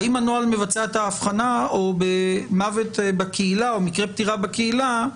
האם הנוהל מבצע את ההבחנה האם מקרה פטירה בקהילה,